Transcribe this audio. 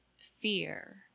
fear